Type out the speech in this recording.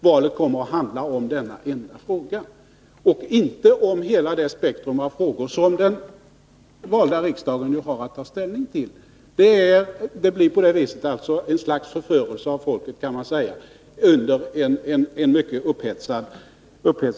Valet kommer att handla om denna enda fråga och inte om hela det spektrum av frågor som den valda riksdagen har att ta ställning till. Det blir på det viset ett slags förförelse av folket under en mycket upphetsad debatt.